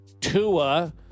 Tua